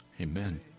Amen